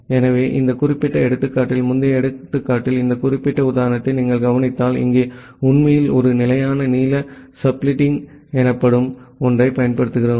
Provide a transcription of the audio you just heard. எனவே இந்த குறிப்பிட்ட எடுத்துக்காட்டில் முந்தைய எடுத்துக்காட்டில் இந்த குறிப்பிட்ட உதாரணத்தை நீங்கள் கவனித்தால் இங்கே உண்மையில் ஒரு நிலையான நீள சப்ளிட்டிங் எனப்படும் ஒன்றைப் பயன்படுத்துகிறோம்